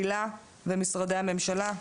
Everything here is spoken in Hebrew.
ומשרדי הממשלה.